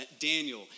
Daniel